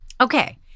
Okay